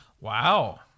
Wow